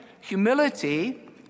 Humility